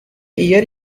ear